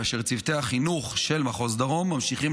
כאשר צוותי החינוך של מחוז דרום ממשיכים